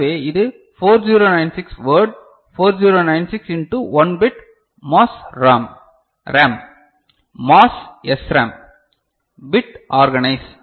எனவே இது 4096 word 4096 into 1 bit MOS RAM MOS SRAM bit organise